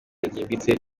ryimbitse